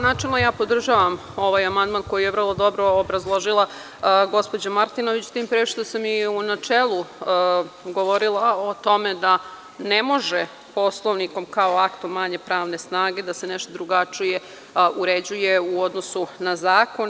Načelno ja podržavam ovaj amandman koji je vrlo dobro obrazložila gospođa Martinović, tim pre što sam i u načelu govorila o tome da ne može Poslovnikom, kao aktom manje pravne snage, da se nešto drugačije uređuje u odnosu na zakon.